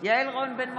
יעל רון בן משה,